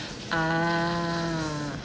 uh